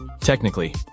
Technically